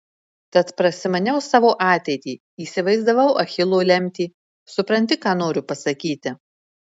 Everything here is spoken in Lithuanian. tad prasimaniau savo ateitį įsivaizdavau achilo lemtį supranti ką noriu pasakyti